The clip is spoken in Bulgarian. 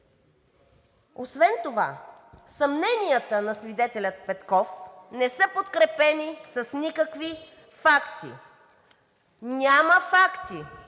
Освен това съмненията на свидетеля Петков не са подкрепени с никакви факти. Няма факти,